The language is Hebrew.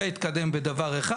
זה התקדם בדבר אחד,